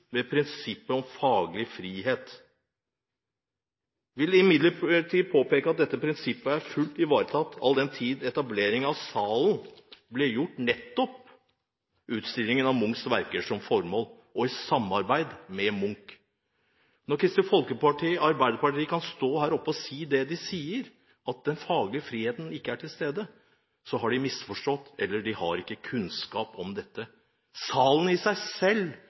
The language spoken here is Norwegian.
prinsippet om faglig frihet. Jeg vil imidlertid påpeke at dette prinsippet er fullt ut ivaretatt, all den tid etableringen av salen ble gjort nettopp med utstillingen av Munchs verker som formål og i samarbeid med Munch. Når Kristelig Folkeparti og Arbeiderpartiet kan stå her oppe og si det de sier, at den faglige friheten ikke er til stede, har de misforstått, eller de har ikke kunnskap om dette. Salen i seg selv